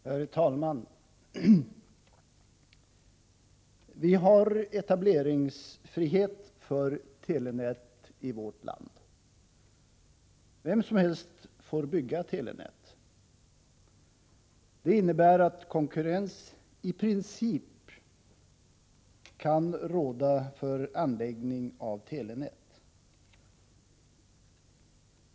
Herr talman! Vi har i vårt land etableringsfrihet när det gäller telenät. Vem som helst får bygga telenät. Det innebär att konkurrens i princip kan råda för anläggning av telenät.